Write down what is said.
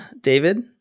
David